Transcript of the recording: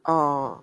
oh